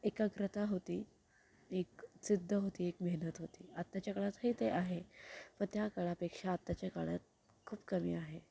एकाग्रता होती एक जिद्द होती एक मेहनत होती आत्ताच्या काळातही ते आहे पण त्या काळापेक्षा आत्ताच्या काळात खूप कमी आहे